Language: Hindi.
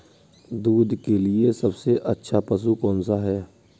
दूध के लिए सबसे अच्छा पशु कौनसा है?